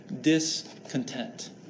discontent